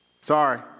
Sorry